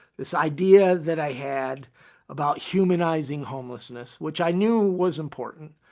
this idea that i had about humanizing homelessness, which i knew was important.